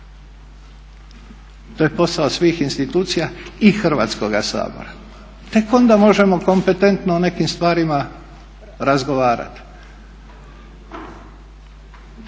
to je posao svih institucija i Hrvatskoga sabora. Tek onda možemo kompetentno o nekim stvarima razgovarati.